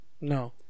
No